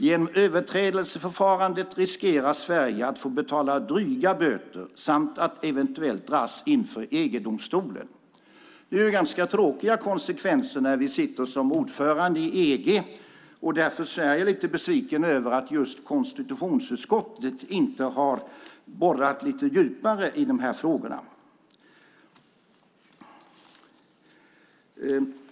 Genom överträdelseförfarandet riskerar Sverige att få betala dryga böter samt att eventuellt dras inför EG-domstolen. Det är ganska tråkiga konsekvenser när vi sitter som ordförande i EG. Därför är jag lite besviken över att just konstitutionsutskottet inte har borrat lite djupare i de här frågorna.